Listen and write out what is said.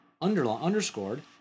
underscored